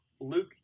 Luke